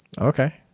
Okay